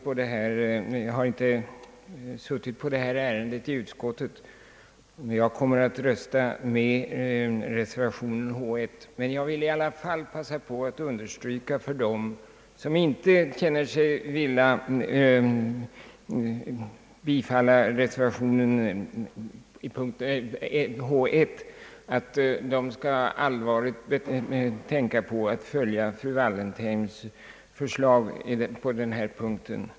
Jag har inte suttit på detta ärende i utskottet, men jag kommer att rösta med reservationen 1, och jag vill passa på att understryka för dem, som inte känner sig vilja bifalla den reservationen, vikten av att allvarligt tänka på att följa fru Walleniheims förslag på denna punkt.